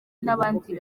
n’abandi